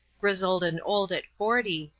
grizzled and old at forty,